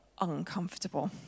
uncomfortable